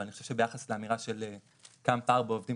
אבל אני חושב שביחס לאמירה שקיים פער בעובדים